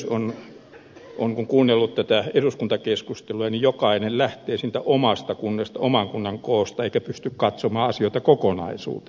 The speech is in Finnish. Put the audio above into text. kun on kuunnellut tätä eduskuntakeskustelua niin jokainen lähtee siitä omasta kunnasta oman kunnan koosta eikä pysty katsomaan asioita kokonaisuutena